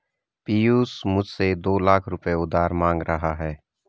पियूष मुझसे दो लाख रुपए उधार मांग रहा है